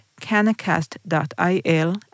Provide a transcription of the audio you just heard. canacast.il